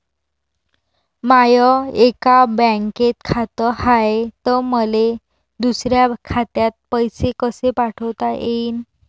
माय एका बँकेत खात हाय, त मले दुसऱ्या खात्यात पैसे कसे पाठवता येईन?